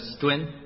twin